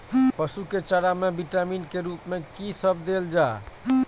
पशु के चारा में विटामिन के रूप में कि सब देल जा?